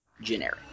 generic